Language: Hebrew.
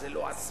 זה לא השמאל,